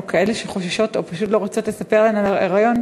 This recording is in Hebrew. או כאלה שחוששות או פשוט לא רוצות לספר להם על ההיריון,